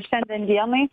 šiandien vienai